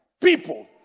people